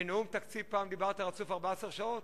בנאום תקציב פעם דיברת רצוף 14 שעות?